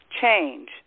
change